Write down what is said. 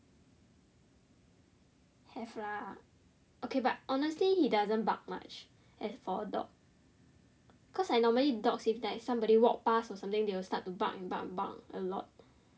have lah okay but honestly he doesn't bark much as for a dog cause like normally dogs if like somebody walks pass or something they will start to bark and bark a lot